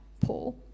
Paul